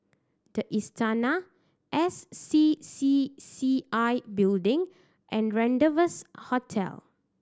The Istana S C C C I Building and Rendezvous Hotel